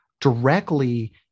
directly